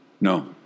No